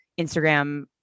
Instagram